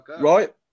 Right